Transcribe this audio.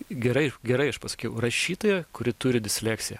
gerai gerai aš paskiau rašytoja kuri turi disleksiją